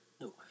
no